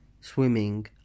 swimming